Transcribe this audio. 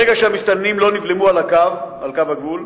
ברגע שהמסתננים לא נבלמו על קו הגבול,